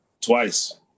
twice